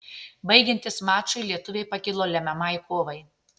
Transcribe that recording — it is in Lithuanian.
baigiantis mačui lietuviai pakilo lemiamai kovai